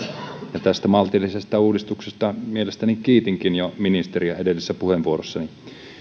ja tästä maltillisesta uudistuksesta mielestäni kiitinkin jo ministeriä edellisessä puheenvuorossani